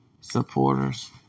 supporters